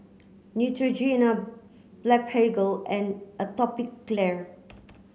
Neutrogena Blephagel and Atopiclair